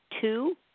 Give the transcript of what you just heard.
two